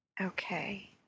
Okay